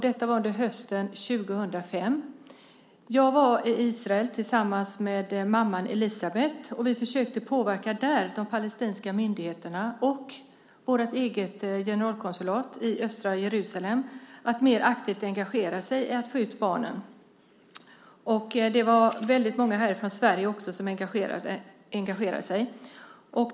Detta var under hösten 2005. Jag var då i Israel tillsammans med mamman Elisabeth, och vi försökte där påverka de palestinska myndigheterna och vårt eget generalkonsulat i östra Jerusalem att mer aktivt engagera sig i att få ut barnen. Det var också väldigt många här i Sverige som engagerade sig.